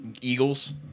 Eagles